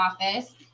office